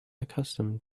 accustomed